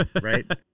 right